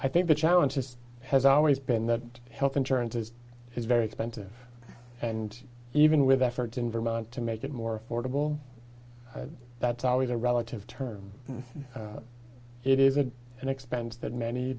i think the challenge is has always been that health insurance is very expensive and even with efforts in vermont to make it more affordable that's always a relative term and it isn't an expense that many